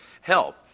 help